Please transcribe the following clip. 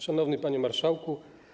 Szanowny Panie Marszałku!